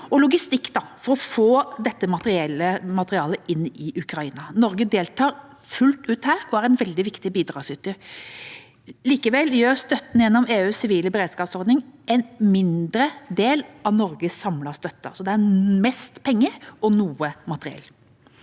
logistikk for å få materiellet inn i Ukraina. Norge deltar fullt ut her og er en veldig viktig bidragsyter. Likevel utgjør støtten gjennom EUs sivile beredskapsordning en mindre del av Norges samlede støtte, så det er mest penger og noe materiell.